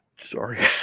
sorry